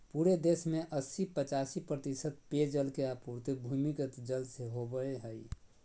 पूरे देश में अस्सी पचासी प्रतिशत पेयजल के आपूर्ति भूमिगत जल से होबय हइ